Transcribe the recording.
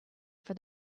for